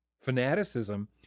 fanaticism